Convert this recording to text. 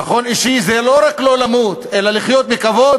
"ביטחון אישי" זה לא רק לא למות אלא גם לחיות בכבוד.